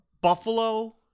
Buffalo